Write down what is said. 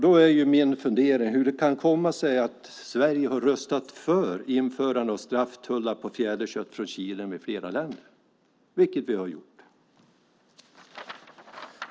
Då är min fundering hur det kan komma sig att Sverige har röstat för införande av strafftullar på fjäderfä och kött från Chile med flera länder.